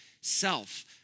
self